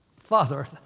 Father